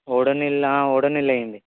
Odonil Odonil వేయ్యండి